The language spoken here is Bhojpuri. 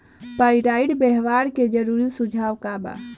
पाइराइट व्यवहार के जरूरी सुझाव का वा?